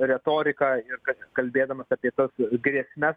retorika ir kad kalbėdamas apie tas grėsmes